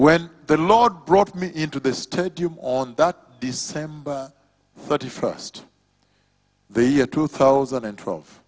when the lord brought me into this stadium on that december thirty first the year two thousand and twelve